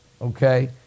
okay